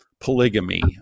polygamy